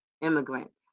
immigrants